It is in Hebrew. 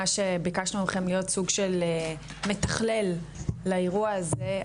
ממש ביקשנו ממכם להיות סוג של מתכלל לאירוע הזה,